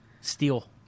Steal